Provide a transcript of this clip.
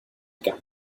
god